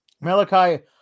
Malachi